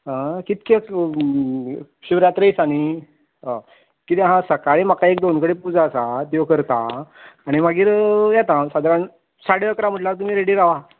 कितके शिवरात्रे दिसा न्ही अ किदें हा सकाळीं म्हाका एक दोन कडेन पुजा आसा त्यो करता आनी मागीर येता सादारण साडे अकरा म्हटल्या तुमी रेडी रावा